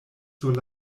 sur